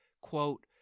Quote